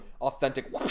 authentic